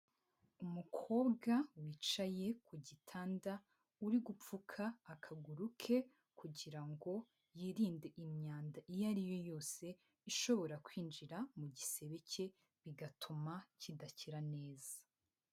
Umukobwa wicaye kugitanda uri gupfuka akaguru ke kugira ngo yirinde imyanda iyo ariyo yose iyobora kwinjira mu gisebe cye bigatuma kidakira neza.